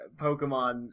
Pokemon